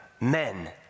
men